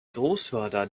großvater